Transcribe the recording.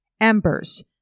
Embers